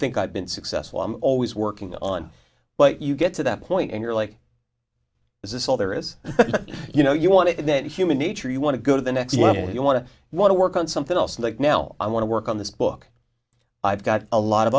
think i've been successful i'm always working on but you get to that point and you're like this is all there is you know you wanted that human nature you want to go to the next level you want to want to work on something else like now i want to work on this book i've got a lot of